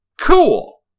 cool